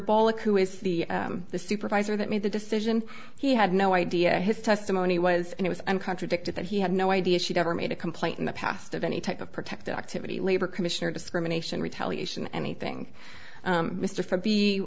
and who is the the supervisor that made the decision he had no idea his testimony was it was contradicted that he had no idea she'd ever made a complaint in the past of any type of protected activity labor commissioner discrimination retaliation anything mr for b